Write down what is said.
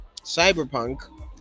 Cyberpunk